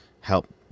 help